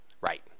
right